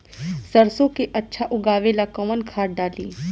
सरसो के अच्छा उगावेला कवन खाद्य डाली?